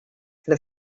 for